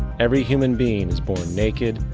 every human being is born naked,